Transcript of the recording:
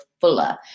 fuller